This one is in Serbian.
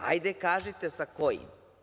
Hajde kažite sa kojim?